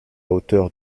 hauteur